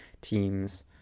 teams